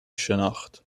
شناخت